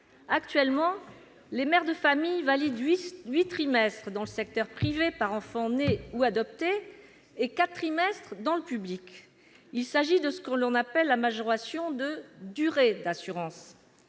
Actuellement, les mères de famille valident huit trimestres dans le secteur privé par enfant né ou adopté et quatre trimestres dans le public. C'est ce qu'on appelle la majoration de durée d'assurance.